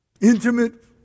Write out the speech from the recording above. Intimate